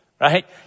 Right